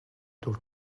дүр